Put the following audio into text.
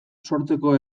sortzeko